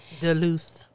Duluth